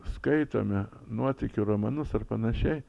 skaitome nuotykių romanus ar panašiai